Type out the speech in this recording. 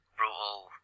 brutal